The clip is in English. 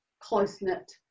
close-knit